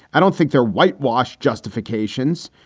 i don't think they're whitewash justifications.